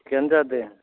थिगआनो जादों